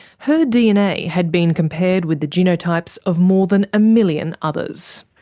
her dna had been compared with the genotypes of more than a million others.